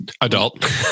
Adult